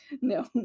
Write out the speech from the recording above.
No